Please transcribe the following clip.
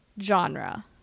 genre